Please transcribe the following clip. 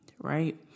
right